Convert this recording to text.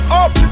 up